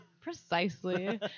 precisely